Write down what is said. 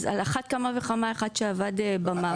אז על אחת כמה וכמה אחד שעבד במערכת.